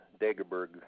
Dagerberg